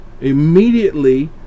immediately